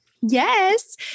Yes